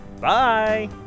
Bye